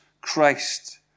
Christ